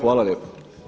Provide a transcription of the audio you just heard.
Hvala lijepo.